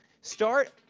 Start